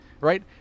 right